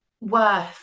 worth